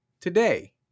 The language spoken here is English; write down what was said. today